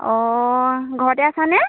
অঁ ঘৰতে আছানে